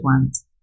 ones